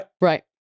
Right